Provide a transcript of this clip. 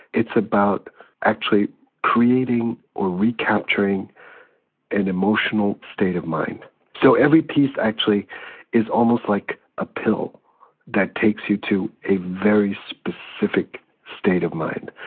it's about actually creating or recapturing an emotional state of mind so every piece actually is almost like a pill that takes you to a very specific state of mind.